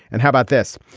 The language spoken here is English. and how about this.